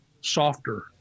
softer